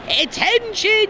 Attention